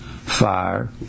fire